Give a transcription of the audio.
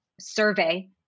survey